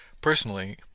Personally